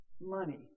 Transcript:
money